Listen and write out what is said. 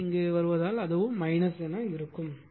புள்ளி வருவதால் அதுவும் என இருக்கும்